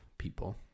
people